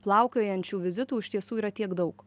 plaukiojančių vizitų iš tiesų yra tiek daug